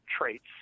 traits